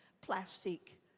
plastic